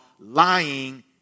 lying